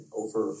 over